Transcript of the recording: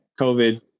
COVID